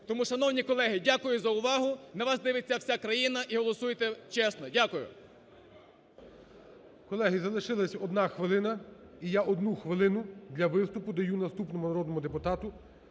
Тому, шановні колеги, дякую за увагу. На вас дивиться вся країна, і голосуйте чесно. Дякую. ГОЛОВУЮЧИЙ. Колеги, залишилася одна хвилина. І я одну хвилину для виступу даю наступному народному депутату